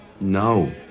No